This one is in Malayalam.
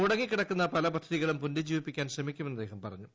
മുടങ്ങിക്കിടക്കുന്ന പല പദ്ധതികളും പുനരുജ്ജീവിപ്പിക്കാൻ ശ്രമിക്കുമെന്ന് അദ്ദേഹം പറഞ്ഞു